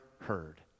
heard